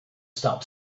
stop